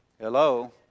Hello